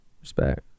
Respect